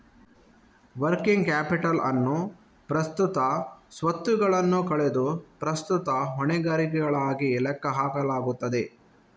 working capital ಅನ್ನು ಪ್ರಸ್ತುತ ಸ್ವತ್ತುಗಳನ್ನು ಕಳೆದು ಪ್ರಸ್ತುತ ಹೊಣೆಗಾರಿಕೆಗಳಾಗಿ ಲೆಕ್ಕ ಹಾಕಲಾಗುತ್ತದೆ